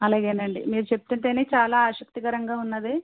అలాగేనండి మీరు చెప్తుంటేనే చాలా ఆసక్తికరంగా ఉన్నది